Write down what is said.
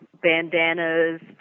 bandanas